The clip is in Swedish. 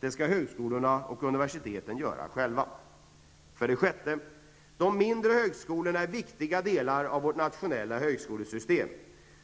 Det skall högskolorna och universiteten göra själva. 6. De mindre högskolorna är viktiga delar av vårt nationella högskolesystem.